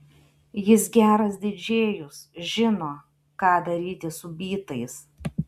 jis geras didžėjus žino ką daryti su bytais